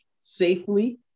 safely